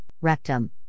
rectum